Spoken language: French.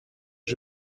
que